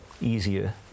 easier